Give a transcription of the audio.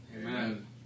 Amen